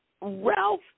Ralph